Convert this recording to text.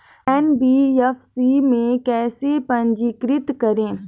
NBFC में कैसे पंजीकृत करें?